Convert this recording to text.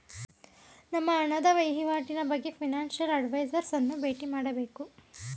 ನಮ್ಮ ಹಣದ ವಹಿವಾಟಿನ ಬಗ್ಗೆ ಫೈನಾನ್ಸಿಯಲ್ ಅಡ್ವೈಸರ್ಸ್ ಅನ್ನು ಬೇಟಿ ಮಾಡಬೇಕು